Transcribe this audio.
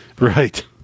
Right